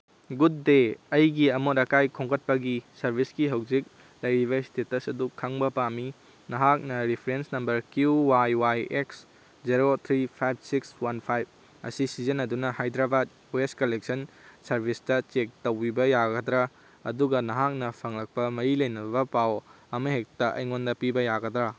good day ꯑꯩꯒꯤ ꯑꯃꯣꯠ ꯑꯀꯥꯏ ꯈꯣꯝꯒꯠꯄꯒꯤ ꯁꯔꯚꯤꯁꯀꯤ ꯍꯧꯖꯤꯛ ꯂꯩꯔꯤꯕ ꯏꯁꯇꯦꯇꯁ ꯑꯗꯨ ꯈꯪꯕ ꯄꯥꯝꯃꯤ ꯅꯍꯥꯛꯅ reference number Q Y Y X zero three five six one five ꯑꯁꯤ ꯁꯤꯖꯤꯟꯅꯗꯨꯅ ꯍꯥꯏꯗ꯭ꯔꯕꯥꯠ ꯋꯦꯁ ꯀꯂꯦꯛꯁꯟ ꯁꯥꯔꯚꯤꯁꯇ ꯆꯦꯛ ꯇꯧꯕꯤꯕ ꯌꯥꯒꯗ꯭ꯔꯥ ꯑꯗꯨꯒ ꯅꯍꯥꯛꯅ ꯐꯪꯂꯛꯄ ꯃꯔꯤ ꯂꯩꯅꯕ ꯄꯥꯎ ꯑꯃꯍꯦꯛꯇ ꯑꯩꯉꯣꯟꯗ ꯄꯤꯕ ꯌꯥꯒꯗ꯭ꯔꯥ